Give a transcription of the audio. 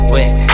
Wait